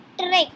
trick